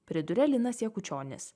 priduria linas jakučionis